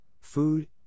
food